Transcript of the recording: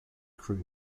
crew